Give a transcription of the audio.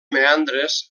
meandres